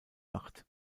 macht